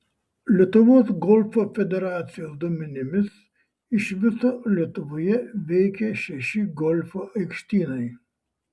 lietuvos golfo federacijos duomenimis iš viso lietuvoje veikia šeši golfo aikštynai